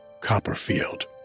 Copperfield